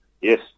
Yes